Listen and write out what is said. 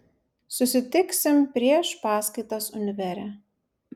susitiksim prieš paskaitas univere